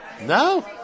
No